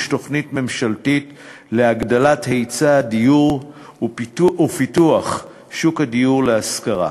תוכנית ממשלתית להגדלת היצע הדיור ופיתוח שוק הדיור להשכרה.